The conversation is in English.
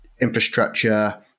infrastructure